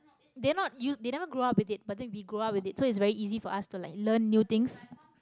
they not u~ they never grow up with it but then we grow up with it so it's very easy for us to like learn new things